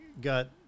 got